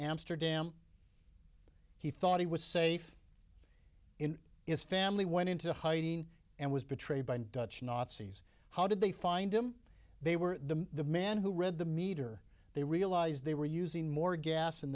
amsterdam he thought he was safe in his family went into hiding and was betrayed by dutch nazis how did they find him they were the man who read the meter they realized they were using more gas in